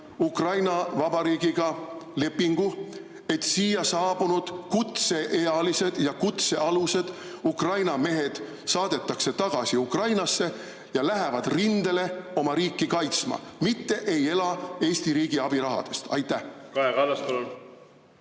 Ukraina Vabariigiga lepingu, et siia saabunud kutseealised ja kutsealused Ukraina mehed saadetakse tagasi Ukrainasse ja nad lähevad rindele oma riiki kaitsma, mitte ei ela Eesti riigi abirahast? Aitäh,